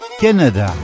Canada